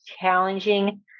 challenging